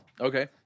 okay